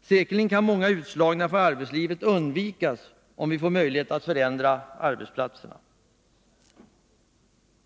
Säkerligen kan många utslagningar från arbetslivet undvikas, om vi får möjligheter att förändra arbetsplatserna.